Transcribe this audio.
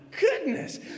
goodness